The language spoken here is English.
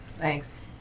Thanks